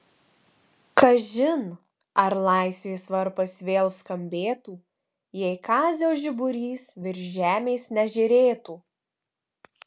kažin ar laisvės varpas vėl skambėtų jei kazio žiburys virš žemės nežėrėtų